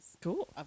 Cool